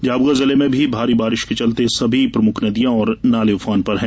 झाबुआ जिले में भारी बारिश के चलते सभी प्रमुख नदिया और नाले उफान पर है